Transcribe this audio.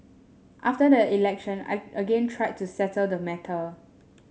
after the election I again tried to settle the matter